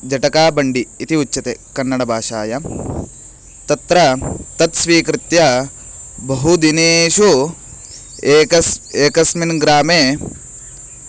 जटकाबण्डि इति उच्यते कन्नडभाषायां तत्र तत् स्वीकृत्य बहु दिनेषु एकस्य एकस्मिन् ग्रामे